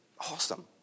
Awesome